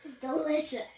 Delicious